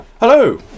Hello